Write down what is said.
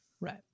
right